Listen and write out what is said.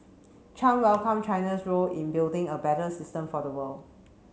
Chan welcomed China's role in building a better system for the world